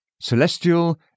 celestial